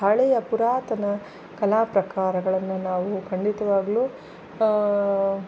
ಹಳೆಯ ಪುರಾತನ ಕಲಾಪ್ರಕಾರಗಳನ್ನು ನಾವು ಖಂಡಿತವಾಗಲೂ